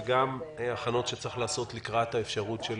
וגם הכנות שצריך לעשות לקראת האפשרות של